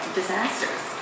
disasters